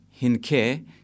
Hinke